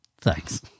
Thanks